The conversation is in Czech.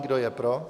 Kdo je pro?